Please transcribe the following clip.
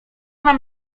mam